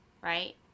right